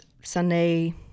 Sunday